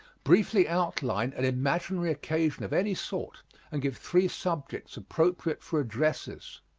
briefly outline an imaginary occasion of any sort and give three subjects appropriate for addresses.